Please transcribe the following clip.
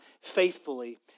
faithfully